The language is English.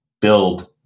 build